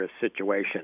situation